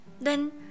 Then